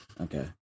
Okay